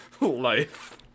life